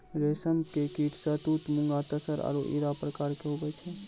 रेशम के कीट शहतूत मूंगा तसर आरु इरा प्रकार के हुवै छै